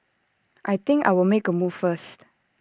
I think I'll make A move first